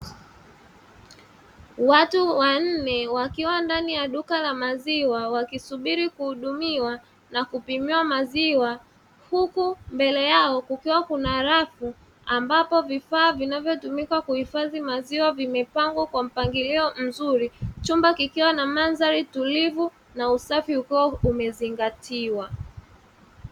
Watu wanne wakiwa ndani ya duka la maziwa wakisubiri kuhudumiwa na kupimiwa maziwa. Huku mbele yao kukiwa kuna rafu ambapo vifaa vinavyotumika kuhifadhi maziwa, vimepangwa kwa mpangilio mzuri. Chumba kikiwa na mandhari tulivu na usafi umezingatiwa.